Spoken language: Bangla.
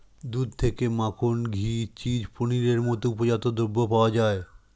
দুধ থেকে মাখন, ঘি, চিজ, পনিরের মতো উপজাত দ্রব্য পাওয়া যায়